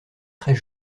très